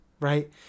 right